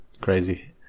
crazy